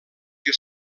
que